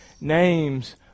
Names